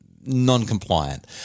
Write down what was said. non-compliant